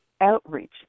outreach